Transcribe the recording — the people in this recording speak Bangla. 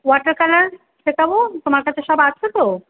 ওয়াটার কালার শেখাবো তোমার কাছে সব আছে তো